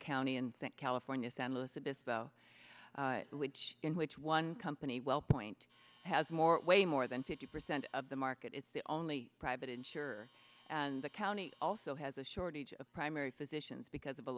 county in think california san luis obispo which in which one company well point has more way more than fifty percent of the market it's the only private insurer and the county also has a shortage of primary physicians because of